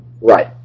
Right